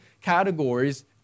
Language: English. categories